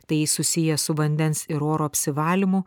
tai susiję su vandens ir oro apsivalymu